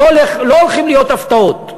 לא הולכות להיות הפתעות,